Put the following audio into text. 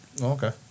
Okay